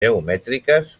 geomètriques